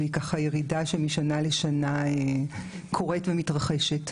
והיא ככה ירידה שמשנה לשנה קורית ומתרחשת.